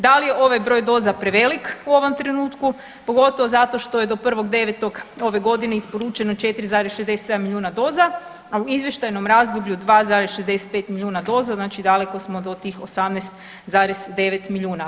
Da li je ovaj broj doza prevelik u ovom trenutku, pogotovo zato što je do 1.9. ove godine isporučeno 4,67 milijuna doza, a u izvještajnom razdoblju 2,65 milijuna doza znači daleko smo do 18,9 milijuna.